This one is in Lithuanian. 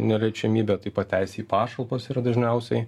neliečiamybę taip pat teisė į pašalpas yra dažniausiai